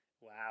Wow